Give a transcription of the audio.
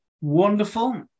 Wonderful